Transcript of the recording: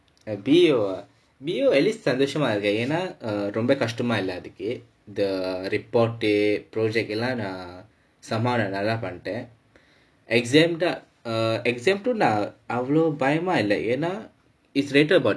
என்:en B_O ah B_O at least santhoshamaa irukkaen yaenna err ரொம்ப கஷ்டமா இல்லை அதுக்கு இந்த:romba kashtamaa illai athukku intha report project எல்லாம் நான் நல்லா பண்ணிட்டேன்:ellaam naan nallaa pannittaen exam தான்:thaan err exam too நான் அவ்வளவு பயமா இல்லை ஏன்னா:naan avvalavu bayamaa illai yaenna it's rated about